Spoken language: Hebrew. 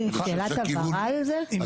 אני חושב שהכיוון הוא נכון.